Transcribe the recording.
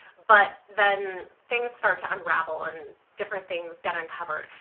but then things start to unravel and different things get uncovered.